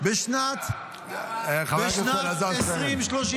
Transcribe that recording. בשנת 2030 --- דרך אגב,